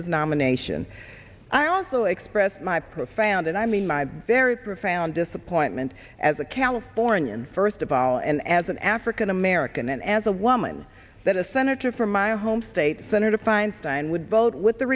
his nomination i also expressed my profound and i mean my very profound disappointment as a californian first of all and as an african american and as a woman that a senator from my home state senator feinstein would vote with the